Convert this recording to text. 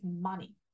money